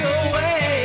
away